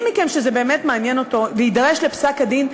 מי מכם שזה באמת מעניין אותו ויידרש לפסק-הדין,